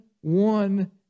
one